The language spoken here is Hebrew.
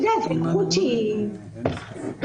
זו היערכות שנדרשת.